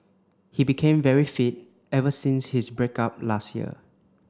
he became very fit ever since his break up last year